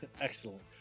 Excellent